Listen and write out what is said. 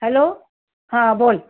hello हां बोल